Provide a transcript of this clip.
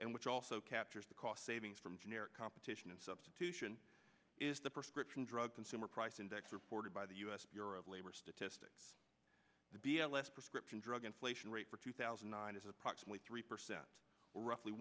and which also captures the cost savings from generic competition and substitution is the prescription drug consumer price index reported by the us bureau of labor statistics the b l s prescription drug inflation rate for two thousand and nine is approximately three percent roughly